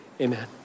amen